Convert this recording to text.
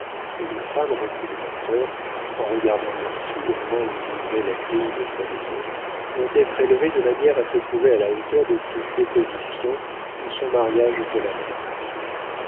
une femme reprit le docteur en regardant ursule au moment où il ouvrait la grille de sa maison doit être élevée de manière à se trouver à la hauteur de toutes les positions où son mariage